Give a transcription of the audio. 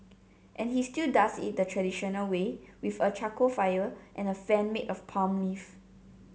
and he still does it the traditional way with a charcoal fire and a fan made of palm leaf